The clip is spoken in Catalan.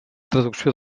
traducció